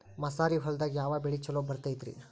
ಮಸಾರಿ ಹೊಲದಾಗ ಯಾವ ಬೆಳಿ ಛಲೋ ಬರತೈತ್ರೇ?